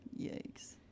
Yikes